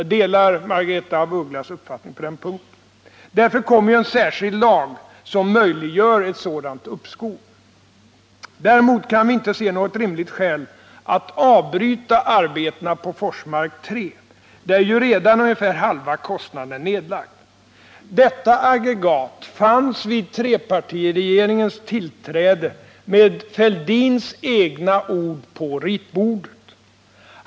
Jag delar Margaretha af Ugglas uppfattning på den punkten. Därför kommer ju en särskild lag, som möjliggör ett sådant uppskov. Däremot kan vi inte se något rimligt skäl att avbryta arbetena på Forsmark 3, där ju redan ungefär halva kostnaden är nedlagd. Detta aggregat fanns vid trepartiregeringens tillträde, med Thorbjörn Fälldins egna ord, ”på ritbordet”.